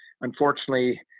unfortunately